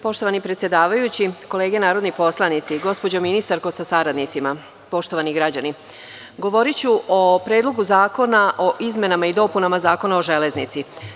Poštovani predsedavajući, kolege narodni poslanici, gospođo ministarko sa saradnicima, poštovani građani, govoriću o Predlogu zakona o izmenama i dopunama Zakona o železnici.